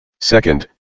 Second